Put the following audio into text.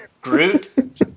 Groot